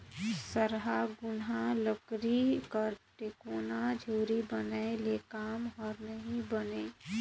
सरहा घुनहा लकरी कर टेकोना धूरी बनाए ले काम हर नी बने